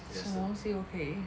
什么东西都可以